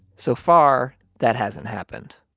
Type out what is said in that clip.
so far that hasn't happened